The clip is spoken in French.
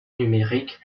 numérique